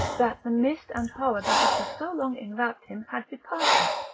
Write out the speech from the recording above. that the mist and horror that had for so long enwrapped him had departed,